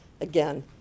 Again